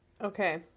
Okay